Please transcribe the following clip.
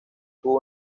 tuvo